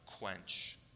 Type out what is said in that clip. quench